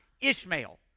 Ishmael